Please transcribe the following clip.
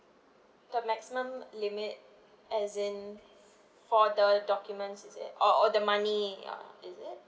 the maximum limit as in for the documents is it or or the money ya is it